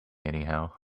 anyhow